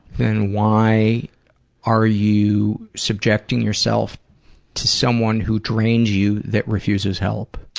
then why are you subjecting yourself to someone who drains you that refuses help?